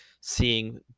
seeing